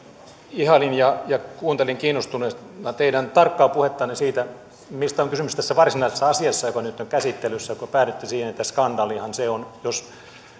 ihailin ja ja kuuntelin kiinnostuneena teidän tarkkaa puhettanne siitä mistä on kysymys tässä varsinaisessa asiassa joka nyt on käsittelyssä kun päädyitte siihen että skandaalihan se on jos